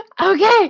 Okay